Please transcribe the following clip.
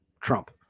Trump